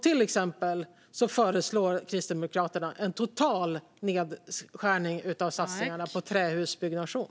Till exempel föreslår Kristdemokraterna en total nedskärning av satsningarna på trähusbyggnation.